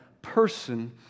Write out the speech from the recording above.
Person